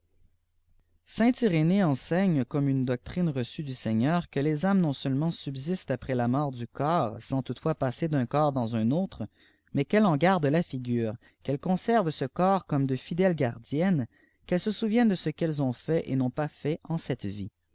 irénée enseigne comme une doctrine reçue du seigiumr que les âmes non seulement subsistent après la mort du cois sans toutefois passer d'un corps dans un autre mais qu'elles e gardent la figure qu'elles conservent ce corps comme de fidèles gardiennes qu'elles se souviennent de ce qu'elles o t fait et n'ont pas fait en cette vie